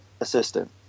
assistant